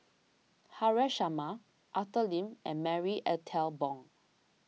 Haresh Sharma Arthur Lim and Marie Ethel Bong